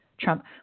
Trump